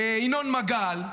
ינון מגל,